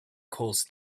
cause